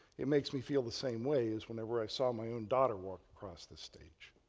it makes me feel the same way as whenever i saw my own daughter walk across the stage,